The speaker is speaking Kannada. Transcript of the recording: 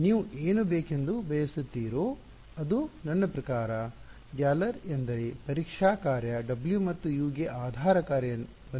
ನೀವು ಏನಾಗಬೇಕೆಂದು ಬಯಸುತ್ತೀರೋ ಅದು ನನ್ನ ಪ್ರಕಾರ ಗ್ಯಾಲರ್ ಎಂದರೆ ಪರೀಕ್ಷಾ ಕಾರ್ಯ W ಮತ್ತು U ಗೆ ಆಧಾರ ಕಾರ್ಯ ಒಂದೇ ಆಗಿರುತ್ತದೆ